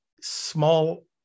small